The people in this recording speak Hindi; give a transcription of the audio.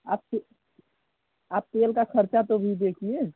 आप किस आप तेल का ख़र्चा तो भी देखिए